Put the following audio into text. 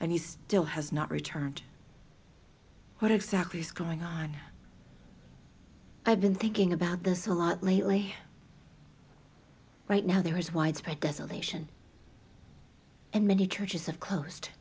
and he still has not returned what exactly is going on i've been thinking about this a lot lately right now there is widespread desolation and many churches have closed